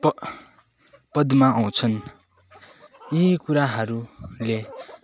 प पदमा आउँछन् यि कुराहरूले